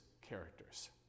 characters